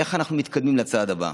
איך אנחנו מתקדמים לצעד הבא?